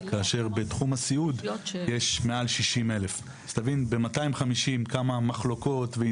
כאשר בתחום הסיעוד יש מעל 60,000. חשוב